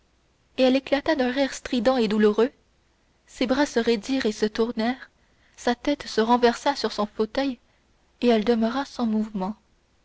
elle éclata d'un rire strident et douloureux ses bras se raidirent et se tournèrent sa tête se renversa sur son fauteuil et elle demeura sans mouvement